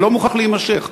זה לא מוכרח להימשך.